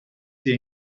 sie